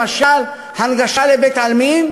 למשל, הנגשה של בית-העלמין: